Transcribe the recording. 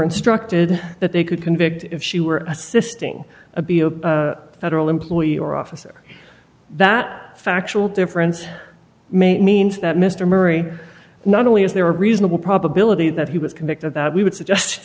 instructed that they could convict if she were assisting a b o federal employee or officer that factual difference may means that mr murray not only is there a reasonable probability that he was convicted that we would suggest